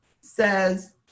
says